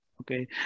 Okay